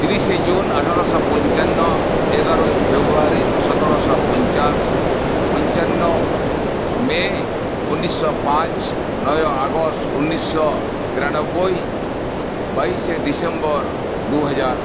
ᱛᱤᱨᱤᱥᱮ ᱡᱩᱱ ᱟᱴᱷᱮᱨᱚᱥᱚ ᱯᱚᱸᱧᱪᱟᱱᱱᱚ ᱮᱜᱟᱨᱚᱭ ᱯᱷᱮᱵᱽᱵᱨᱟᱣᱟᱨᱤ ᱥᱚᱛᱮᱨᱚᱥᱚ ᱯᱚᱸᱧᱪᱟᱥ ᱯᱚᱸᱧᱪᱟᱱᱱᱚ ᱢᱮᱹ ᱩᱱᱤᱥᱚ ᱯᱟᱸᱪ ᱱᱚᱭᱮᱭ ᱟᱜᱚᱥᱴ ᱩᱱᱤᱥᱚ ᱛᱤᱨᱟᱱᱳᱵᱽᱵᱳᱭ ᱵᱟᱭᱤᱥᱮ ᱰᱤᱥᱮᱢᱵᱚᱨ ᱫᱩᱦᱟᱡᱟᱨ